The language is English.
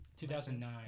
2009